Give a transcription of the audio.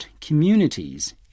communities